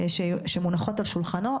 שמונחות על שולחנו,